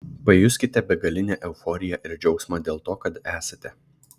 pajuskite begalinę euforiją ir džiaugsmą dėl to kad esate